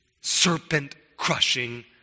serpent-crushing